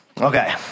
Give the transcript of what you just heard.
Okay